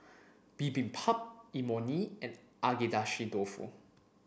Bibimbap Imoni and Agedashi dofu